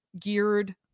geared